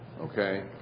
okay